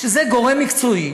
שזה גורם מקצועי